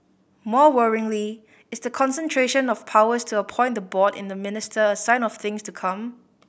more worryingly is the concentration of powers to appoint the board in the minister a sign of things to come